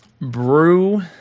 brew